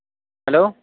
hello